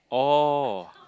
oh